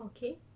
okay